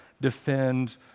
defend